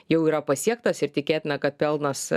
jau yra pasiektas ir tikėtina kad pelnas